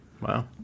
Wow